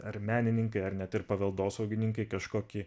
ar menininkai ar net ir paveldosaugininkai kažkokį